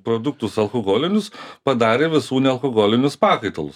produktus alkoholinius padarė visų nealkoholinius pakaitalus